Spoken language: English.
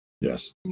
Yes